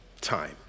time